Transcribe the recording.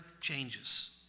changes